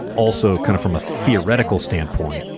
also, kind of from a theoretical standpoint,